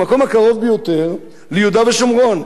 המקום הקרוב ביותר זה יהודה ושומרון,